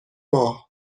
ماه